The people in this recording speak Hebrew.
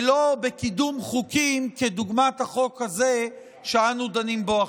ולא בקידום חוקים כדוגמת החוק הזה שאנו דנים בו עכשיו.